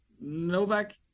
Novak